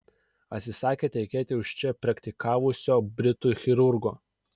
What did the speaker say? atsisakė tekėti už čia praktikavusio britų chirurgo